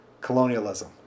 colonialism